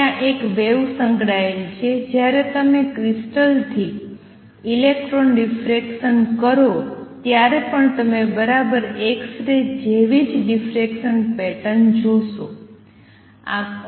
ત્યાં એક વેવ સંકળાયેલ છે જ્યારે તમે ક્રિસ્ટલથી ઇલેક્ટ્રોન ડિફરેકસન કરો ત્યારે પણ તમે બરાબર એક્સ રે જેવી જ ડિફરેકસન પેટર્ન જોશો